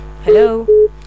hello